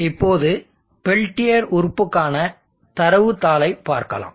இப்போது பெல்டியர் உறுப்புக்கான தரவு தாளைப் பார்க்கலாம்